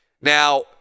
Now